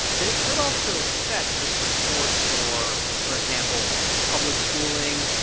then it could also affect the support for, for example. i see. public schooling,